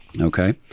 Okay